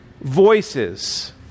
voices